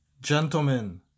Gentlemen